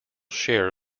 share